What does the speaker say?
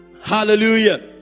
Hallelujah